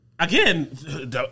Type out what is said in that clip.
Again